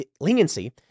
leniency